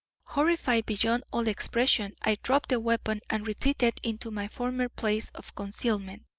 horrified beyond all expression, i dropped the weapon and retreated into my former place of concealment.